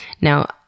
Now